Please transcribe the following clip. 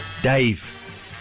Dave